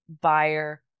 buyer